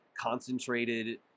concentrated